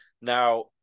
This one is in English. Now